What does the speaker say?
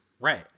Right